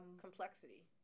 complexity